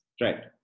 Right